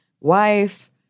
wife